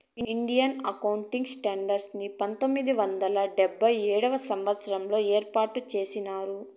Indian accounting standards ని పంతొమ్మిది వందల డెబ్భై ఏడవ సంవచ్చరంలో ఏర్పాటు చేసినారు